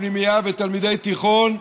פנימייה ותלמידי תיכון,